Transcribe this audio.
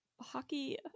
hockey